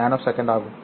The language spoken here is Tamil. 34 ns ஆகும்